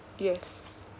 yes